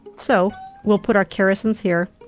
so we'll put our kerrrisons here,